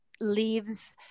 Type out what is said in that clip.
leaves